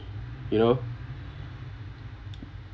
you know